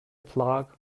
plug